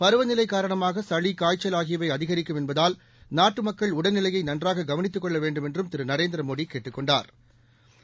பருவநிலை காரணமாக சளி காய்ச்சல் ஆகியவை அதிகரிக்கும் என்பதால் நாட்டு மக்கள் உடல்நிலையை நன்றாக கவனித்துக் கொள்ள வேண்டுமென்றும் திரு நரேந்திரமோடி கேட்டுக் கொண்டாா்